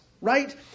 right